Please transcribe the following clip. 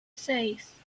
seis